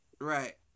right